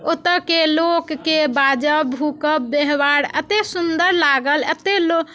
ओतऽ के लोककेँ बाजब भूकब व्यवहार एतेक सुंदर लागल एतेक लोक